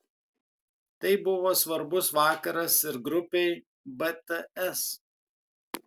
tai buvo svarbus vakaras ir grupei bts